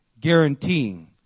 guaranteeing